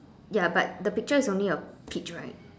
ya but the picture is only a peach right